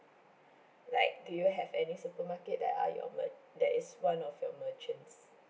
like do you have any supermarket that are your mer~ that is one of your merchants